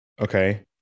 Okay